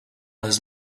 his